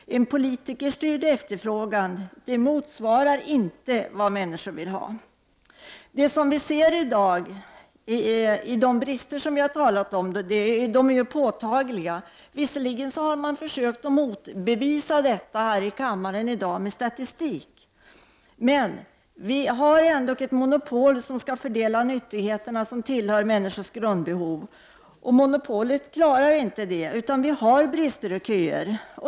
En politikerstyrd efterfrågan motsvarar inte vad människor vill ha. Bristerna är i dag påtagliga. Visserligen har man försökt motbevisa detta här i kammaren med statistik, men det finns ändock ett monopol som skall fördela de nyttigheter som tillhör människors grundbehov. Monopolet kla rar inte detta, utan det uppstår brister och köer.